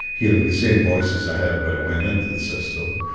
hearing the same voices i heard when i went into the system.